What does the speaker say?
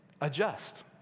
adjust